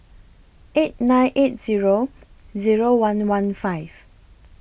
eight nine eight Zero Zero one one five